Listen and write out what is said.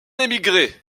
émigré